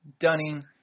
Dunning